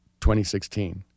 2016